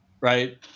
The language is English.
Right